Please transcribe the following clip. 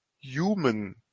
human